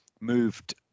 moved